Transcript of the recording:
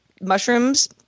mushrooms